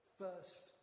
first